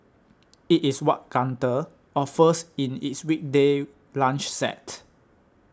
it is what Gunther offers in its weekday lunch set